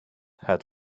had